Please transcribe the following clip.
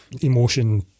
emotion